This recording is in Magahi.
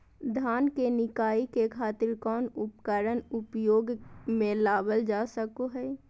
धान के निराई के खातिर कौन उपकरण उपयोग मे लावल जा सको हय?